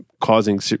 causing